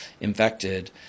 infected